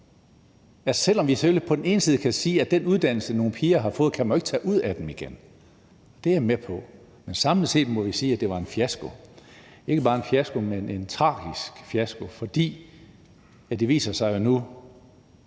20 år, at selv om vi kan sige, at den uddannelse, nogle piger har fået, kan man ikke tage fra dem – det er jeg med på – må vi samlet set sige, at det var en fiasko og ikke bare en fiasko, men en tragisk fiasko, fordi det nu viser sig,